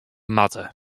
moatte